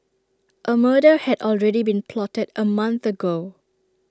A murder had already been plotted A month ago